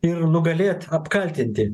ir nugalėt apkaltinti